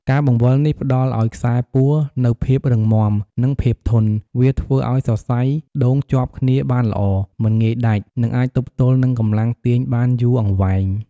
ការបង្វិលនេះផ្តល់ឱ្យខ្សែពួរនូវភាពរឹងមាំ និងភាពធន់ វាធ្វើឲ្យសរសៃដូងជាប់គ្នាបានល្អ មិនងាយដាច់ និងអាចទប់ទល់នឹងកម្លាំងទាញបានយូរអង្វែង។។